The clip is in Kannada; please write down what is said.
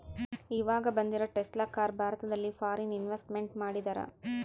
ಈವಾಗ ಬಂದಿರೋ ಟೆಸ್ಲಾ ಕಾರ್ ಭಾರತದಲ್ಲಿ ಫಾರಿನ್ ಇನ್ವೆಸ್ಟ್ಮೆಂಟ್ ಮಾಡಿದರಾ